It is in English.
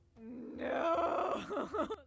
No